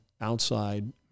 outside